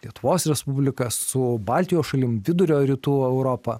lietuvos respublika su baltijos šalim vidurio rytų europa